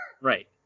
Right